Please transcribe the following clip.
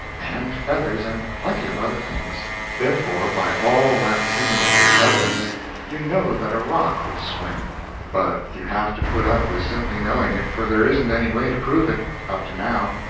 and feathers, and plenty of other things therefore by all that cumulative evidence you know that a rock will swim but you have to put up with simply knowing it, for there isn't any way to prove it up to now.